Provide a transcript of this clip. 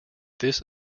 this